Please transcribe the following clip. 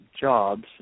jobs